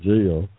Jail